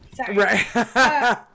Right